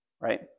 right